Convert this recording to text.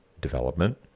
development